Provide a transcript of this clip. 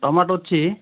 tomato ଅଛି